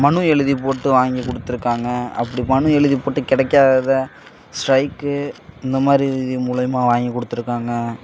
மனு எழுதிப் போட்டு வாங்கிக் கொடுத்துருக்காங்க அப்படி மனு எழுதிப் போட்டு கிடைக்காதத ஸ்ட்ரைக்கு இந்த மாதிரி இது மூலிமா வாங்கிக் கொடுத்துருக்காங்க